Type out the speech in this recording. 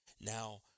now